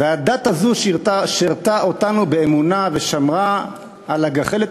והדת הזו שירתה אותנו באמונה ושמרה על הגחלת